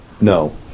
No